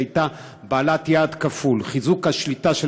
שהייתה בעלת יעד כפול: חיזוק השליטה של